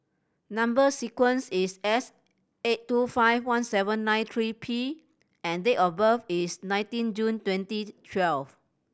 number sequence is S eight two five one seven nine three P and date of birth is nineteen June twenty twelve